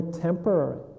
temporary